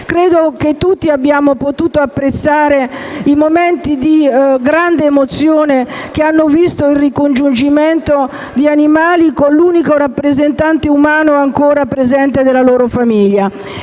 vissuto. Tutti abbiamo potuto apprezzare i momenti di grande emozione che hanno visto il ricongiungimento di animali con l'unico rappresentante umano ancora presente della loro famiglia